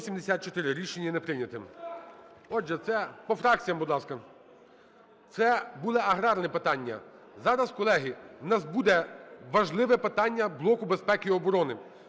Рішення не прийнято. Отже, це… По фракціям, будь ласка. Це було аграрне питання. Зараз, колеги, у нас буде важливе питання блоку безпеки і оборони,